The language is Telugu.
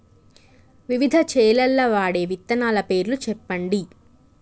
వివిధ చేలల్ల వాడే విత్తనాల పేర్లు చెప్పండి?